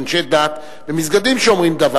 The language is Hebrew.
אנשי דת במסגדים שאומרים דבר.